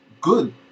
Good